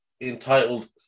entitled